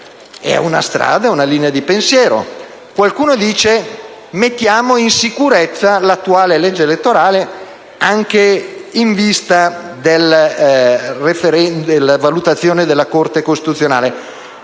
È una strada, una linea di pensiero. Qualcuno dice: mettiamo in sicurezza l'attuale legge elettorale anche in vista della valutazione della Corte costituzionale.